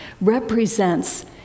represents